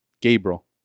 Gabriel